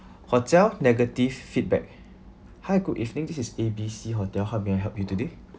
hotel negative feedback hi good evening this is A B C hotel help me today